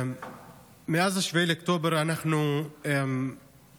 מאז 7 באוקטובר אנחנו עדים,